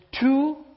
two